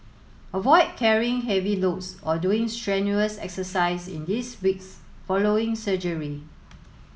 avoid carrying heavy loads or doing strenuous exercise in these weeks following surgery